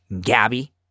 Gabby